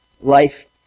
life